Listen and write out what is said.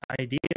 idea